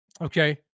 Okay